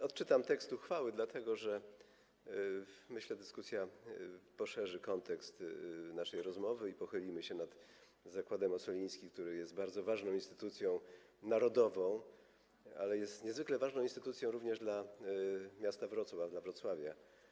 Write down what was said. Odczytam tekst uchwały, dlatego że, myślę, dyskusja poszerzy kontekst naszej rozmowy i pochylimy się nad zakładem Ossolińskich, który jest bardzo ważną instytucją narodową, ale jest niezwykle ważną instytucją również dla miasta Wrocławia, dla Wrocławia.